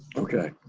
okay